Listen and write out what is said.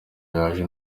yaje